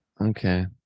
Okay